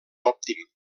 òptim